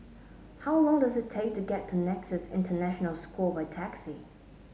how long does it take to get to Nexus International School by taxi